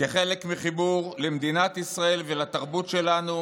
כחלק מחיבור למדינת ישראל ולתרבות שלנו,